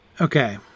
Okay